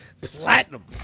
Platinum